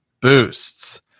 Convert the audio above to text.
Boosts